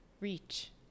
reach